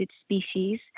species